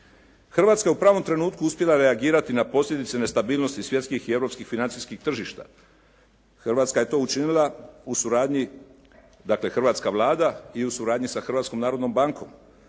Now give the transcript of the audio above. Hrvatska je u pravom trenutku uspjela reagirati na posljedice nestabilnosti svjetskih i europskih financijskih tržišta. Hrvatska je to učinila u suradnji, dakle hrvatska Vlada i u suradnji sa Hrvatskom narodnom bankom.